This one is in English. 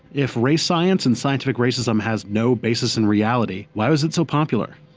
if race science and scientific racism had no basis in reality, why was it so popular?